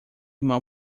mal